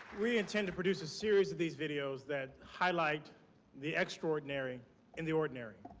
we intend to produce a series of these videos that high lights the extraordinary in the ordinary.